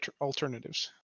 alternatives